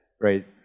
right